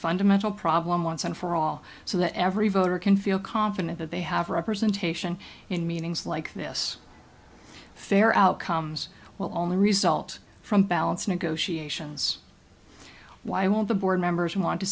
fundamental problem once and for all so that every voter can feel confident that they have representation in meetings like this fair outcomes will only result from balance negotiations why won't the board members want